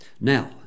Now